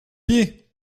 pieds